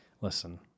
Listen